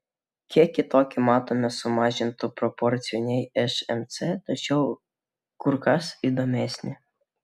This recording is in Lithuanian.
kiek kitokį matome sumažintų proporcijų nei šmc tačiau kur kas įdomesnį